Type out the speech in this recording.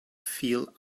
feel